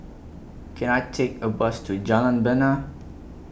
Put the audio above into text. Can I Take A Bus to Jalan Bena